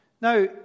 Now